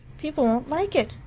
people won't like it.